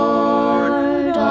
Lord